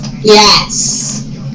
Yes